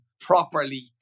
properly